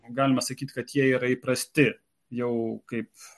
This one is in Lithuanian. galima sakyti kad jie yra įprasti jau kaip